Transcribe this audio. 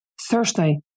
Thursday